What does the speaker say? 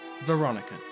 Veronica